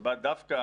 שבה דווקא